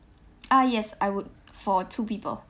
ah yes I would for two people